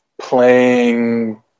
playing